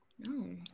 No